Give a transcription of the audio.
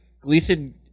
Gleason